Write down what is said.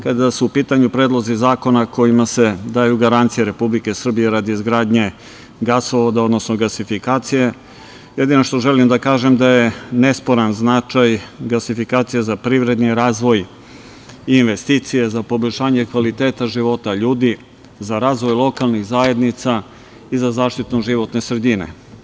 Kada su u pitanju predlozi zakona kojima se daju garancije Republike Srbije radi izgradnje gasovoda, odnosno gasifikacije, jedino što želim da kažem da je nesporan značaj gasifikacije za privredni razvoj i investicije za poboljšanje kvaliteta života ljudi, za razvoj lokalnih zajednica i za zaštitu životne sredine.